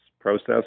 process